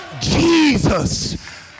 Jesus